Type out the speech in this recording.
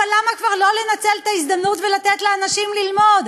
אבל למה כבר לא לנצל את ההזדמנות ולתת לאנשים ללמוד?